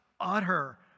utter